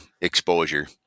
exposure